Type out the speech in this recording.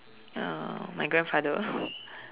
uh my grandfather